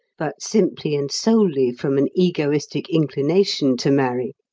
but simply and solely from an egoistic inclination to marry,